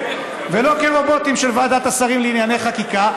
ולא כרובוטים של ועדת השרים לענייני חקיקה,